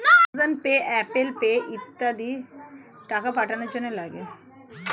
Amazon pay, Apple pay ইত্যাদি টাকা পাঠানোর জন্যে লাগে